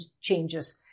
changes